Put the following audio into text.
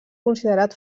considerat